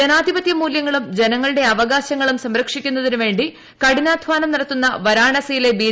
ജനാധിപത്യ മൂല്യങ്ങളും ജനങ്ങളുടെ അവകാശങ്ങളും സംരക്ഷിക്കുന്നതിനുവേണ്ടി കഠിനാധ്വാനം നടത്തുന്ന വരാണാസിയിലെ ബി